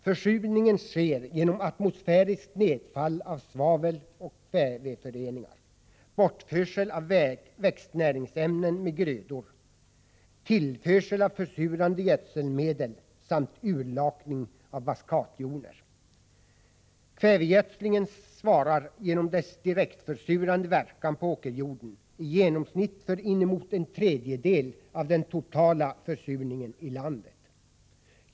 Försurningen sker genom atmosfäriskt nedfall av svaveloch kväveföreningar, bortförsel av växtnäringsämnen med grödor, tillförsel av försurande gödselmedel samt urlakning av baskatjoner. Kvävegödslingen svarar, genom sin direktförsurande verkan på åkerjorden, för i genomsnitt inemot en tredjedel av den totala försurningen i landet.